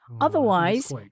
Otherwise